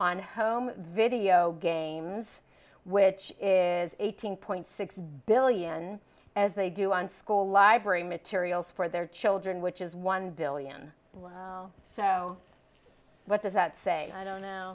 on home video games which is eighteen point six billion as they do on school library materials for their children which is one billion so what does that say i don't know